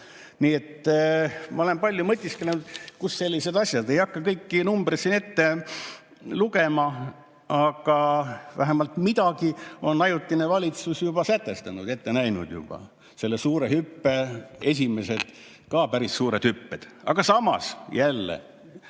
et ma olen palju mõtisklenud, kust sellised asjad. Ei hakka kõiki numbreid siin ette lugema, aga vähemalt midagi on ajutine valitsus juba sätestanud, ette näinud juba, selle suure hüppe esimesed, ka päris suured hüpped. Aga samas, jälle